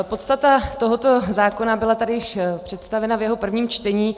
Podstata tohoto zákona byla tady již představena v jeho prvním čtení.